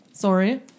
Sorry